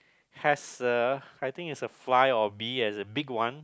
has a I think it's a fly or a bee as a big one